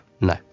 No